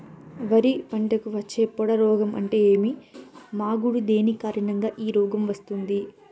వరి పంటకు వచ్చే పొడ రోగం అంటే ఏమి? మాగుడు దేని కారణంగా ఈ రోగం వస్తుంది?